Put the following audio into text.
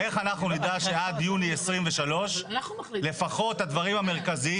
איך אנחנו נדע שעד יוני 2023 לפחות הדברים המרכזיים